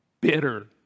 bitter